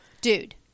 Dude